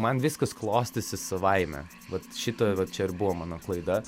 man viskas klostėsi savaime vat šita va čia ir buvo mano klaida